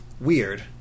weird